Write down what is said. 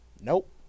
Nope